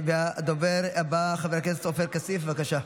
הדובר הבא, חבר הכנסת עופר כסיף, בבקשה,